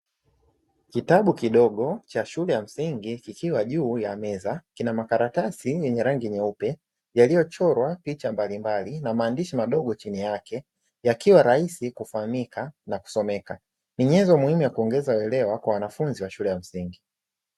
Kitabu kidogo cha shule ya msingi kikiwa juu ya meza, kina makaratasi yenye rangi nyeupe yaliyochorwa picha mbalimbali, na maandishi madogo chini yake, yakiwa rahisi kufahamika na kusomeka. Ni nyenzo muhimu ya kuongeza uelewa kwa wanafunzi wa shule ya msingi.